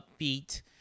upbeat